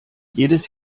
jedes